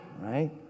right